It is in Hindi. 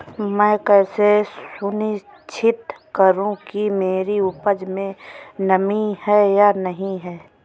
मैं कैसे सुनिश्चित करूँ कि मेरी उपज में नमी है या नहीं है?